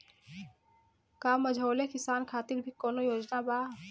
का मझोले किसान खातिर भी कौनो योजना बा?